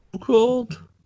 cold